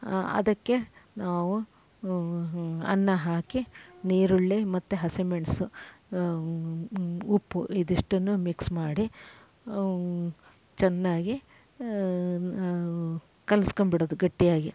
ಅದಕ್ಕೆ ನಾವು ಅನ್ನ ಹಾಕಿ ನೀರುಳ್ಳಿ ಮತ್ತು ಹಸಿ ಮೆಣಸು ಉಪ್ಪು ಇದಿಷ್ಟನ್ನು ಮಿಕ್ಸ್ ಮಾಡಿ ಚೆನ್ನಾಗಿ ಕಲಸ್ಕೊಂಬಿಡೋದು ಗಟ್ಟಿಯಾಗಿ